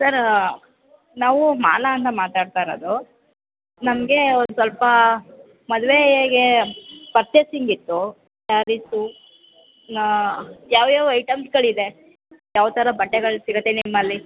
sir ನಾವು ಮಾಲಾ ಅಂತ ಮಾತಾಡ್ತಾ ಇರೋದು ನಮಗೆ ಒಂದು ಸ್ವಲ್ಪ ಮದುವೆಗೆ ಪರ್ಚೆಸಿಂಗ್ ಇತ್ತು ಸ್ಯಾರಿಸು ಯಾವ್ಯಾವ ಐಟಮ್ಸ್ಗಳಿದೆ ಯಾವ ಥರ ಬಟ್ಟೆಗಳು ಸಿಗುತ್ತೆ ನಿಮ್ಮಲ್ಲಿ